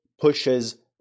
pushes